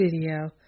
video